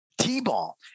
T-ball